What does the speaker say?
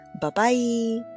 Bye-bye